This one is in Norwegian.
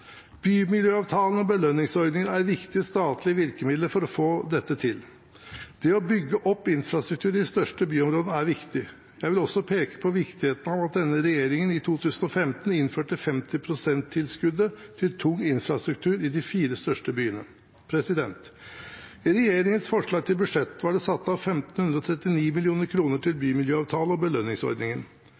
de største byområdene er viktig. Jeg vil også peke på viktigheten av at denne regjeringen i 2015 innførte 50 pst.-tilskuddet til tung infrastruktur i de fire største byene. I regjeringens forslag til budsjett var det satt av 1 539 mill. kr til bymiljøavtaler og